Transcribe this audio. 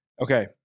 Okay